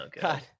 god